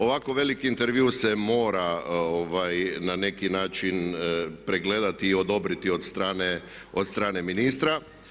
Ovako veliki intervju se mora na neki način pregledati i odobriti od strane ministra.